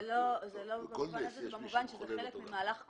זה חלק ממהלך כולל,